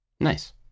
Nice